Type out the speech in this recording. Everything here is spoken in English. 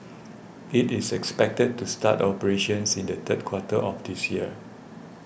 it is expected to start operations in the third quarter of this year